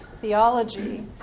theology